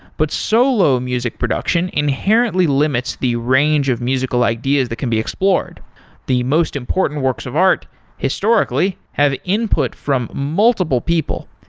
but solo music production inherently limits the range of musical ideas that can be explored the most important works of art historically have input from multiple people.